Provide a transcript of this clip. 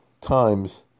times